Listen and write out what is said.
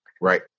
Right